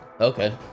Okay